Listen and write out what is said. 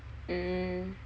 mm